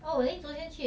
orh okay